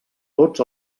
tots